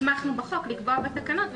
שהוסמכנו בחוק לקבוע בתקנות.